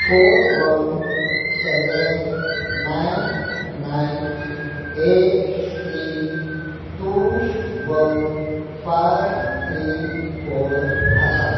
four one seven nine nine eight three two one five three four आसा